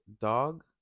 dog